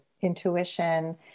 intuition